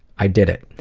i did it.